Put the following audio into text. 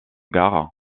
gare